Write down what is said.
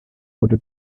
wurde